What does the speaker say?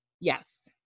yes